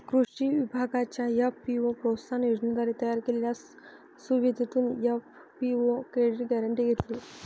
कृषी विभागाच्या एफ.पी.ओ प्रोत्साहन योजनेद्वारे तयार केलेल्या सुविधेतून एफ.पी.ओ क्रेडिट गॅरेंटी घेतली